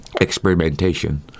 Experimentation